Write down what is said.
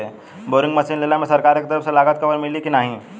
Boring machine लेला मे सरकार के तरफ से लागत कवर मिली की नाही?